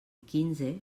quinze